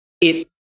it-